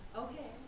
okay